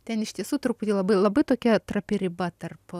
ten iš tiesų truputį labai labai tokia trapi riba tarp